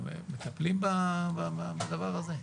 מטפלים בדבר הזה?